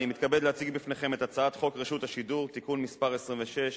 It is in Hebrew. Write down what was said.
אני מתכבד להציג בפניכם את הצעת חוק רשות השידור (תיקון מס' 26),